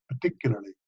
particularly